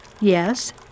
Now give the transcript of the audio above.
Yes